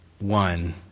one